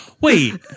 Wait